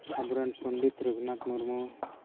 ᱟᱵᱚᱨᱮᱱ ᱯᱚᱱᱰᱤᱛ ᱨᱚᱜᱷᱩᱱᱟᱛᱷ ᱢᱩᱨᱢᱩ